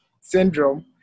syndrome